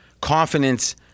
confidence